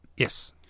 Yes